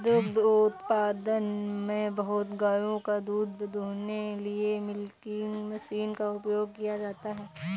दुग्ध उत्पादन में बहुत गायों का दूध दूहने के लिए मिल्किंग मशीन का उपयोग किया जाता है